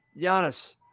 Giannis